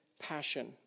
passion